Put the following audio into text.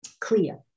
clear